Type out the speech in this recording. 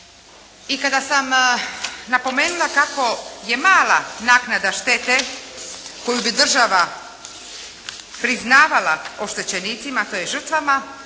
i kada sam napomenula kako je mala naknada štete koju bi država priznavala oštećenicima tj. žrtvama